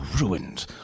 ruined